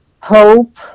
hope